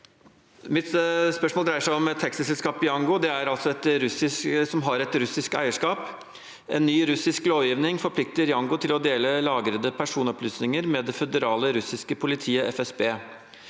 Mitt spørsmål dreier seg om taxiselskapet Yango. Det er et selskap som har russisk eierskap. En ny russisk lovgivning forplikter Yango til å dele lagrede personopplysninger med det føderale russiske politiet, FSB.